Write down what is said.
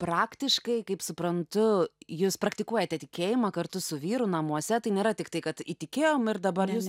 praktiškai kaip suprantu jūs praktikuojate tikėjimą kartu su vyru namuose tai nėra tiktai kad įtikėjom ir dabar jūs